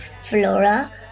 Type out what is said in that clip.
Flora